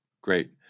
Great